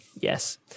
yes